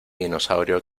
dinosaurio